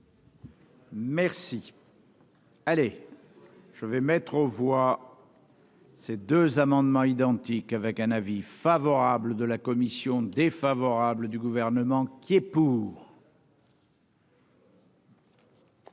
Merci. Allez, je vais mettre aux voix, ces 2 amendements identiques avec un avis favorable de la commission défavorable du gouvernement qui est pour.